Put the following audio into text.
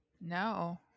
No